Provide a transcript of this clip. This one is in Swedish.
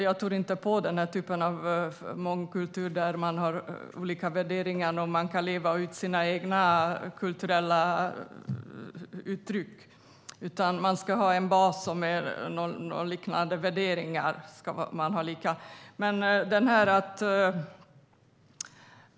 Jag tror inte på den typen av mångkultur där man har olika värderingar och kan leva ut sina egna kulturella uttryck, utan man ska ha en bas med liknande värderingar.